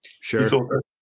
Sure